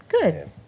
Good